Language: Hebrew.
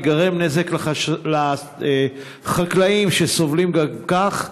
ייגרם נזק לחקלאים שסובלים גם כך.